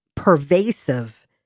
pervasive